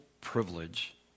privilege